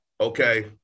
Okay